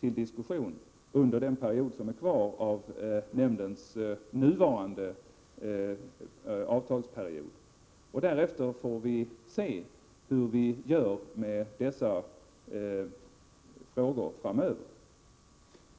till diskussion under den tid som är kvar av nämndens nuvarande avtalsperiod. Därefter får vi se hur vi skall hantera dessa frågor framöver.